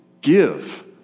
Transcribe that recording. give